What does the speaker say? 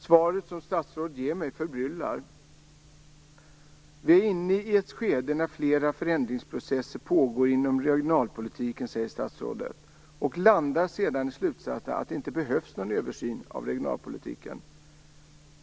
Statsrådets svar till mig förbryllar: Vi är "inne i ett skede när flera förändringsprocesser pågår inom regionalpolitiken", säger statsrådet och landar på slutsatsen att det inte behövs någon översyn av regionalpolitiken.